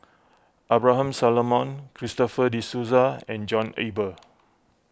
Abraham Solomon Christopher De Souza and John Eber